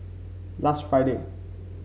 last Friday